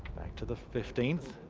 to the fifteenth.